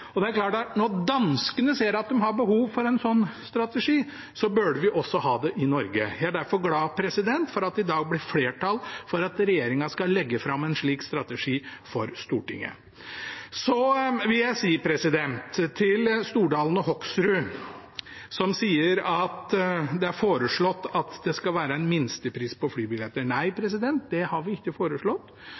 Det er klart at når danskene ser at de har behov for en sånn strategi, burde vi også ha det i Norge. Jeg er derfor glad for at det i dag blir flertall for at regjeringen skal legge fram en slik strategi for Stortinget. Så vil jeg si til representantene Stordalen og Hoksrud, som sier at det er foreslått at det skal være en minstepris på flybilletter: Nei, det har vi ikke foreslått,